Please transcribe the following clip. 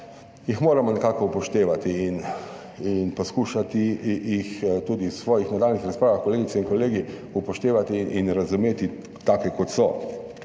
jih moramo nekako upoštevati in poskušati jih tudi v svojih nadaljnjih razpravah, kolegice in kolegi, upoštevati in razumeti take kot so.